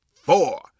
four